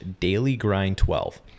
dailygrind12